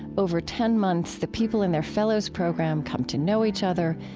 over ten months, the people in their fellows program come to know each other,